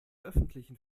öffentlichen